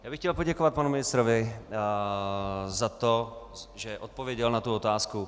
Já bych chtěl poděkovat panu ministrovi za to, že odpověděl na tu otázku.